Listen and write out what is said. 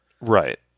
right